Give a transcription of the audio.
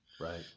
Right